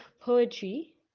poetry